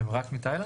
והם רק מתאילנד?